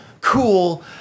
cool